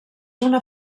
una